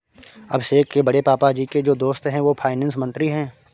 अभिषेक के बड़े पापा जी के जो दोस्त है वो फाइनेंस मंत्री है